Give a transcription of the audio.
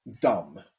dumb